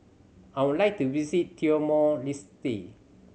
I would like to visit Timor Leste